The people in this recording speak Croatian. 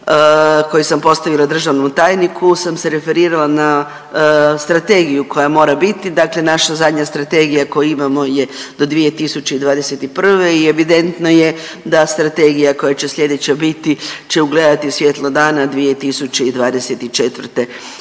koje sam postavila državnom tajniku sam se referirala na strategiju koja mora biti. Dakle, naša zadnja strategija koju imamo je do 2021. i evidentno je da strategija koja će slijedeća biti će ugledati svjetlo dana 2024. godine.